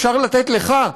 אפשר לתת לך,